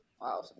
wow